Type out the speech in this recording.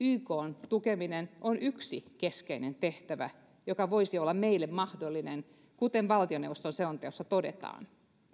ykn tukeminen on yksi keskeinen tehtävä joka voisi olla meille mahdollinen kuten valtioneuvoston selonteossa todetaan